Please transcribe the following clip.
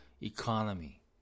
economy